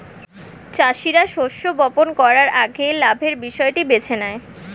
চাষীরা শস্য বপন করার আগে লাভের বিষয়টি বেছে নেয়